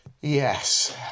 yes